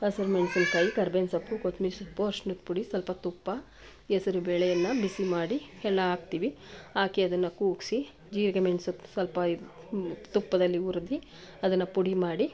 ಹಸಿರು ಮೆಣಸಿನ್ಕಾಯಿ ಕರ್ಬೇವಿನ ಸೊಪ್ಪು ಕೊತ್ತಂಬರಿ ಸೊಪ್ಪು ಅರ್ಶ್ನದ ಪುಡಿ ಸ್ವಲ್ಪ ತುಪ್ಪ ಹೆಸ್ರು ಬೇಳೆ ಎಲ್ಲ ಬಿಸಿ ಮಾಡಿ ಎಲ್ಲ ಹಾಕ್ತೀವಿ ಹಾಕಿ ಅದನ್ನು ಕೂಗಿಸಿ ಜೀರಿಗೆ ಮೆಣಸು ಸ್ವಲ್ಪ ತುಪ್ಪದಲ್ಲಿ ಹುರ್ದು ಅದನ್ನು ಪುಡಿ ಮಾಡಿ